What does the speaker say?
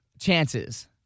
chances